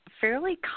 fairly